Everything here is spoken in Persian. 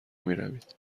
میروید